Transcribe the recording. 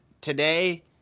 today